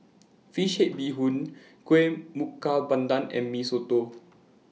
Fish Head Bee Hoon Kuih Pandan and Mee Soto